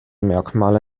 merkmale